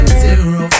zero